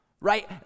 Right